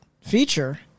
feature